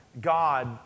God